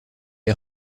est